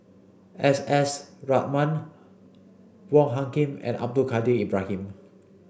S S Ratnam Wong Hung Khim and Abdul Kadir Ibrahim